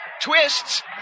twists